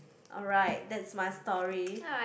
alright that's my story